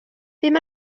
bum